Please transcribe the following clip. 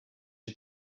had